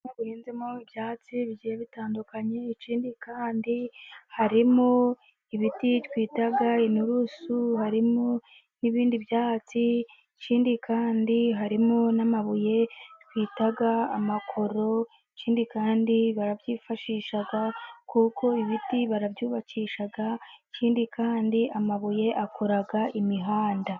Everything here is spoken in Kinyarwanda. Ibyatsi bigiye bitandukanye, ikindi kandi harimo ibiti twita inturusu, harimo n'ibindi byatsi, ikindi kandi harimo n'amabuye bita amakoro, ikindi kandi barabyifashisha kuko ibiti barabyubakisha, ikindi kandi amabuye akora imihanda.